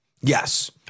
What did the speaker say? Yes